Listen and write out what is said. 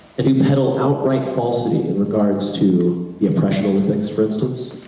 and who peddle out-right falsity in regards to the oppression things, for instance,